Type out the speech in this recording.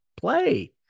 play